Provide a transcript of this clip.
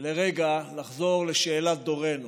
ולרגע לחזור לשאלת דורנו.